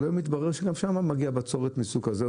אבל היום התברר שגם שמה הגיעה בצורת מסוג כזה,